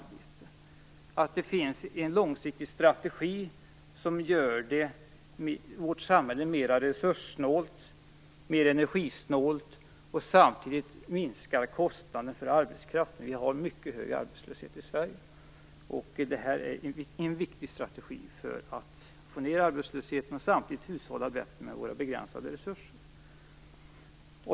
Det måste finnas en långsiktig strategi som gör vårt samhälle mer resurssnålt och mer energisnålt samtidigt som man minskar kostnaden för arbetskraften. Vi har en mycket hög arbetslöshet i Detta är en viktig strategi för att få ned arbetslösheten och samtidigt hushålla bättre med våra begränsade resurser.